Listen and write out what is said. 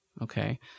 okay